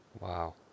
Wow